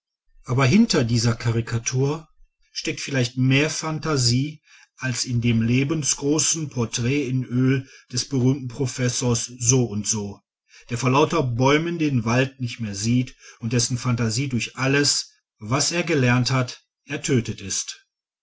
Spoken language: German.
aber hinter dieser karikatur steckt vielleicht mehr phantasie als in dem lebensgroßen porträt in öl des berühmten professors so und so der vor lauter bäumen den wald nicht mehr sieht und dessen phantasie durch alles was er gelernt hat ertötet ist